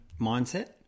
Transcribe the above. mindset